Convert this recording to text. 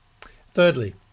Thirdly